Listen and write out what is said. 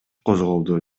козголду